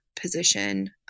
position